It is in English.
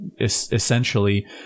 essentially